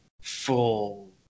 full